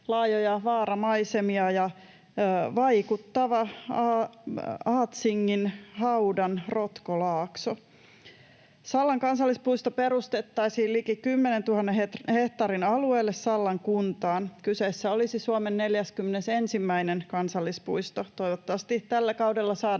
laajoja vaaramaisemia ja vaikuttava Aatsinginhaudan rotkolaakso. Sallan kansallispuisto perustettaisiin liki 10 000 hehtaarin alueelle Sallan kuntaan. Kyseessä olisi Suomen 41. kansallispuisto. Toivottavasti tällä kaudella